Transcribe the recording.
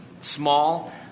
small